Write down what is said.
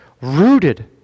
rooted